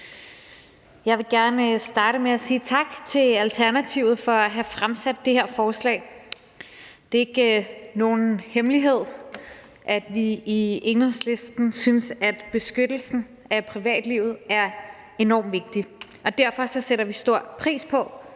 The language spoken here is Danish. Jeg vil gerne starte med at sige tak til Alternativet for at have fremsat det her forslag. Det er ikke nogen hemmelighed, at vi i Enhedslisten synes, at beskyttelsen af privatlivet er enormt vigtig, og derfor sætter vi stor pris på,